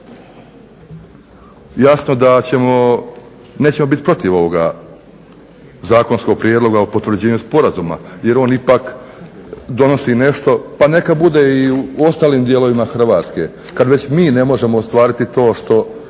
Jasno da nećemo biti protiv ovoga zakonskog prijedloga o potvrđivanju sporazuma jer on ipak donosi nešto, pa neka bude i u ostalim dijelovima Hrvatske kad već mi ne možemo ostvariti to što